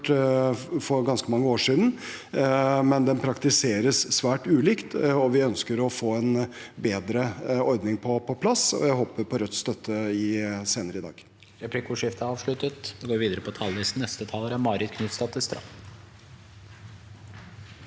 for ganske mange år siden, men den praktiseres svært ulikt, og vi ønsker å få en bedre ordning på plass. Jeg håper på Rødts støtte senere i dag.